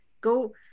go